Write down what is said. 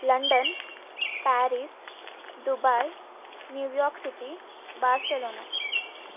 London Paris Dubai New York city Barcelona